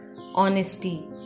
honesty